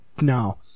no